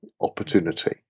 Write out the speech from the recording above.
opportunity